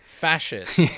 fascist